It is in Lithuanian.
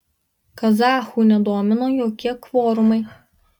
kazachų nedomino jokie kvorumai